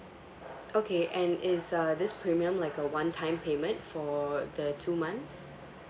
okay and is uh this premium like a one time payment for the two months